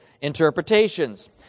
interpretations